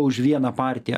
už vieną partiją